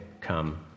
come